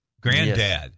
Granddad